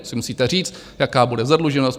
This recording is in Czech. Vy si musíte říct, jaká bude zadluženost.